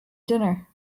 dinner